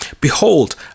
Behold